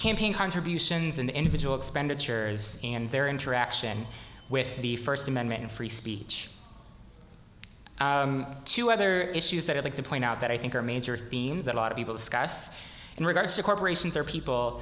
campaign contributions and individual expenditures and their interaction with the first amendment and free speech two other issues that i'd like to point out that i think are major themes that a lot of people discuss in regards to corporations are people